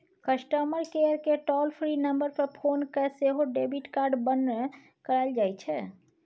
customer केयरकेँ toll free number पर phone कए सेहो डेबिट कार्ड बन्न कराएल जाइ छै